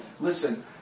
Listen